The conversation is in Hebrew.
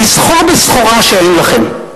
לסחור בסחורה שאין לכם.